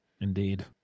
Indeed